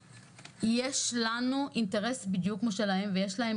שיש לנו אינטרס בדיוק כמו שלהם ויש להם